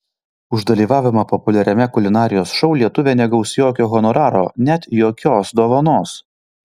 už dalyvavimą populiariame kulinarijos šou lietuvė negaus jokio honoraro net jokios dovanos